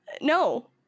No